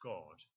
God